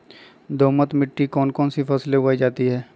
दोमट मिट्टी कौन कौन सी फसलें उगाई जाती है?